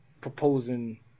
proposing